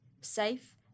safe